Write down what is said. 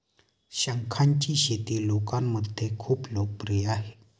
शंखांची शेती लोकांमध्ये खूप लोकप्रिय आहे